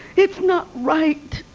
it's not right